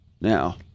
now